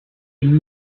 been